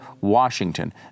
Washington